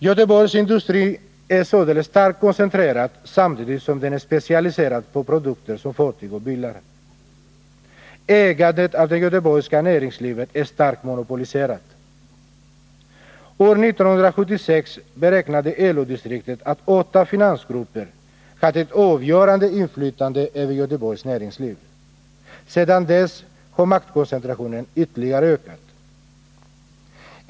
Göteborgsindustrin är således starkt koncentrerad, samtidigt som den är specialiserad på produkter som fartyg och bilar. Ägandet av det göteborgska näringslivet är starkt monopoliserat. År 1976 beräknade LO-distriktet att åtta finansgrupper hade ett avgörande inflytande över Göteborgs näringsliv. Sedan dess har maktkoncentrationen ytterligare ökat.